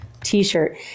t-shirt